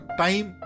time